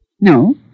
No